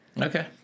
okay